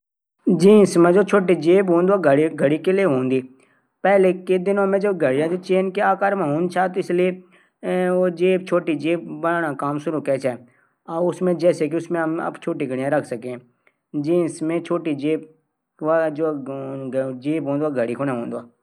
छतरो जू अलग अलग भाग हूंदा कैनोपी बुलदा ऊपर भाग कुनै जू छतरी क हिस्सा जू बरखा और घाम से बचांदू। रिबस जू छतरी और कैनोपी थै सहारा देणू काम करदू। जू धातू तार से बंणू हूंदू। हैंडल छतरी थै पकडनू काम मा आंदूंव